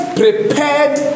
prepared